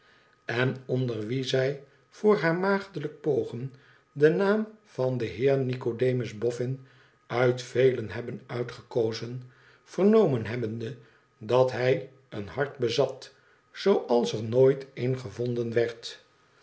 en onder wie zij voor haar maagdelijk pogen den naam van den heer nicodemus boffin uit velen hebben uitgekozen vernomen hebbende dat hij een hart bezat zooals er nooit een gevonden werd